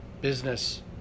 business